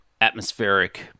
atmospheric